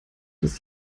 des